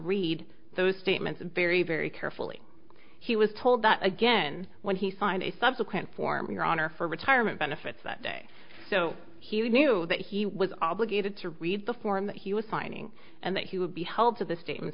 read those statements very very carefully he was told that again when he signed a subsequent form your honor for retirement benefits that day so he knew that he was obligated to read the form that he was signing and that he would be held to th